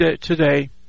today